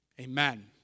Amen